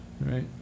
right